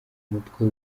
mutwe